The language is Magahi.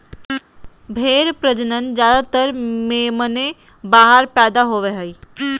भेड़ प्रजनन ज्यादातर मेमने बाहर पैदा होवे हइ